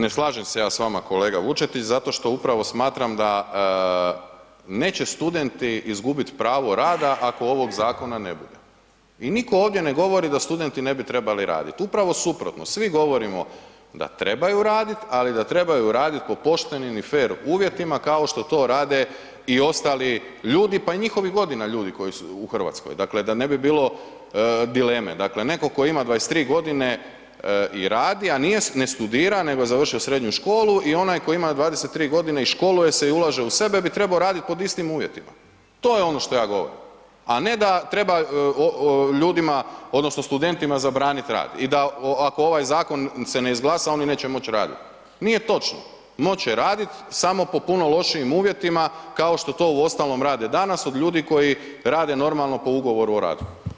Ne slažem se ja s vama kolega Vučetić zato što upravo smatram da neće studenti izgubit pravo rada ako ovog zakona ne bude i niko ovdje ne govori da studenti ne bi trebali radit, upravo suprotno, svi govorimo da trebaju radit, ali da trebaju radit po poštenim i fer uvjetima kao što to rade i ostali ljudi, pa i njihovih godina ljudi koji su u RH, dakle da ne bi bilo dileme, dakle neko ko ima 23.g. i radi, a ne studira nego je završio srednju školu i onaj koji ima 23.g. i školuje se i ulaže u sebe bi trebo radit pod istim uvjetima, to je ono što ja govorim, a ne da treba ljudima odnosno studentima zabraniti rad i da ako ovaj zakon se ne izglasa oni neće moć radit, nije točno, moći će radit samo po puno lošijim uvjetima kao što to uostalom rade danas od ljudi koji rade normalno po Ugovoru o radu.